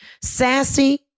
sassy